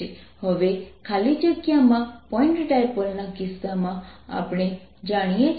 હવે ખાલી જગ્યામાં પોઇન્ટ ડાયપોલના કિસ્સામાં આપણે જાણીએ છીએ કે